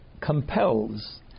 compels